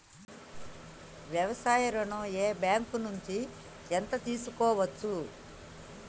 వ్యవసాయ ఋణం ఏ బ్యాంక్ నుంచి ఎంత తీసుకోవచ్చు?